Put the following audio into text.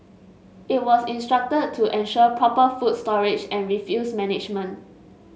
it was instructed to ensure proper food storage and refuse management